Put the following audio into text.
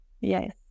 Yes